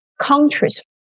countries